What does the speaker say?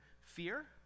Fear